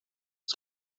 het